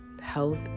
health